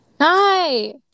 Hi